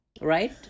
right